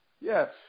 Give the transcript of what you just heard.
yes